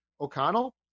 o'connell